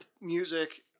music